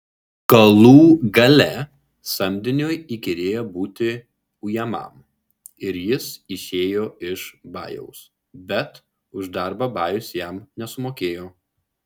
galų gale samdiniui įkyrėjo būti ujamam ir jis išėjo iš bajaus bet už darbą bajus jam nesumokėjo